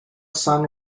son